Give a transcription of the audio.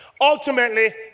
ultimately